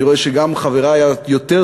אני רואה שגם חברי היותר-סוציאליסטים